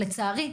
לצערי,